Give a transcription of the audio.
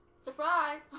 Surprise